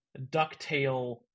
ducktail